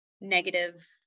negative